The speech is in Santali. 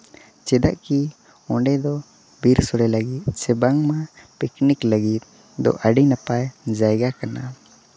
ᱪᱮᱫᱟᱜ ᱠᱤ ᱚᱸᱰᱮ ᱫᱚ ᱵᱤᱨ ᱥᱳᱲᱮ ᱞᱟᱹᱜᱤᱫ ᱵᱟᱝᱢᱟ ᱯᱤᱠᱱᱤᱠ ᱞᱟᱹᱜᱤᱫ ᱫᱚ ᱟᱹᱰᱤ ᱱᱟᱯᱟᱭ ᱡᱟᱭᱜᱟ ᱠᱟᱱᱟ